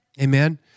amen